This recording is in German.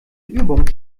übung